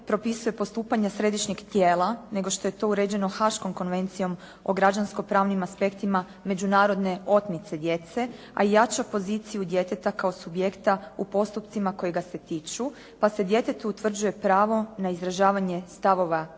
propisuje postupanje središnjeg tijela, nego što je to uređeno haškom Konvencijom o građansko-pravnim aspektima međunarodne otmice djece, a i jača poziciju djeteta kao subjekta u postupcima koji ga se tiču pa se djetetu utvrđuje pravo na izražavanje stavova i